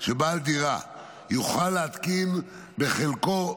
שבעל דירה יוכל להתקין בחלקו